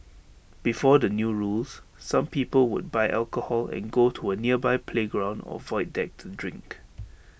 before the new rules some people would buy alcohol and go to A nearby playground or void deck to drink